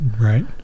Right